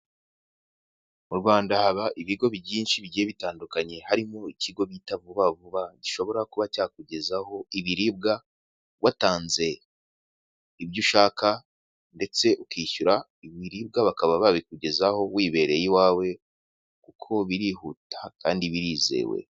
Mu Rwanda haba ibigo byinshi bigiye bitandukanye, harimo ikigo bita vuba vuba gishobora kuba cyakugezaho ibiribwa watanze ibyo ushaka ndetse ukishyura ibiribwa bakaba babikugezaho wibereye iwawe kuko birihuta kandi birizewe.